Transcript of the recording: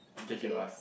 okay